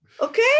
Okay